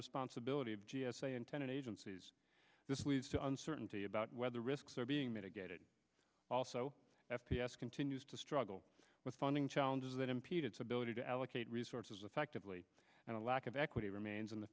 responsibility of g s a intended agencies this leads to uncertainty about whether risks are being mitigated also f p s continues to struggle with funding challenges that impede its ability to allocate resources effectively and a lack of equity remains in the